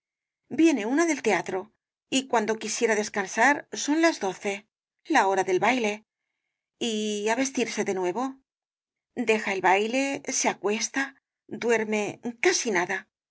viene una del teatro y cuando quisiera descansar son las doce la hora del baile y á vestirse de nuevo deja el baile se acuesta duerme casi nada